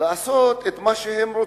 לעשות את מה שהם רוצים.